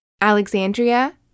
Alexandria